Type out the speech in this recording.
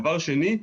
דבר שני,